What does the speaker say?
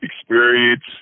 experience